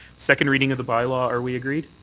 second reading of the bylaw, are we agreed?